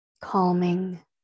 calming